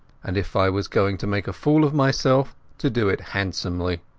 and if i was going to make a fool of myself to do it handsomely.